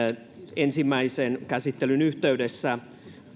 ensimmäisen käsittelyn yhteydessä